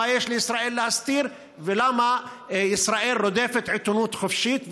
מה יש לישראל להסתיר ולמה ישראל רודפת עיתונות חופשית,